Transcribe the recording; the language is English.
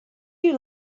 you